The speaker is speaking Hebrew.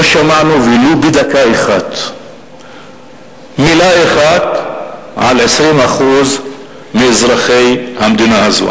לא שמענו ולו בדקה אחת מלה אחת על 20% מאזרחי המדינה הזאת.